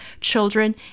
children